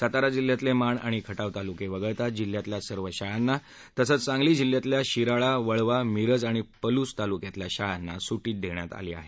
सातारा जिल्ह्यातले माण आणि खटाव तालुके वगळता जिल्ह्यातल्या सर्व शाळांना तसंच सांगली जिल्ह्यातल्या शिराळा वाळवा मिरज आणि पलूस तालुक्यातल्या शाळांना सुटी देण्यात आली आहे